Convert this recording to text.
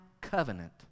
covenant